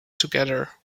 together